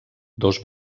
dos